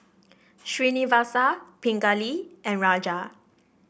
Srinivasa Pingali and Raja